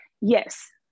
Yes